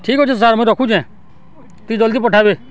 ଠିକ୍ ଅଛି ସାର୍ ମୁଇଁ ରଖୁଚେଁ ଟିକେ ଜଲ୍ଦି ପଠାବେ